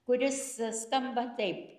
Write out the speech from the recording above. kuris skamba taip